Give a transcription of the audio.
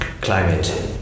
climate